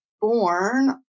born